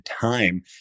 time